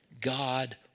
God